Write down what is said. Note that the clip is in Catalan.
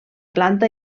planta